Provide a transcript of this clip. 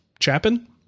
Chapin